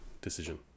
decision